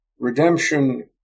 Redemption